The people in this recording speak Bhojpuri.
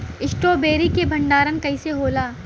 स्ट्रॉबेरी के भंडारन कइसे होला?